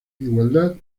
igualdad